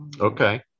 Okay